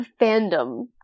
fandom